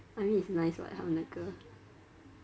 I mean it's nice [what] 他们的歌